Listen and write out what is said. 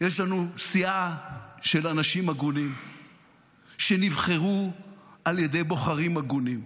יש לנו סיעה של אנשים הגונים שנבחרו על ידי בוחרים הגונים,